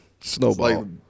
Snowball